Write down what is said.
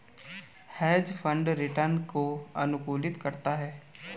hedge fund return को अनुकूलित करता है